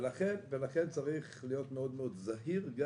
לכן צריך להיות מאוד מאוד זהירים.